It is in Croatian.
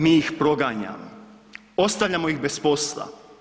Mi ih proganjamo, ostavljamo ih bez posla.